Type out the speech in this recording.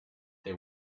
they